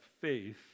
faith